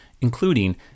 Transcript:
including